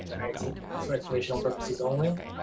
right it's and it's for informational purposes only.